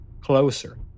closer